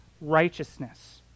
righteousness